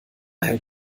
hält